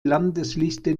landesliste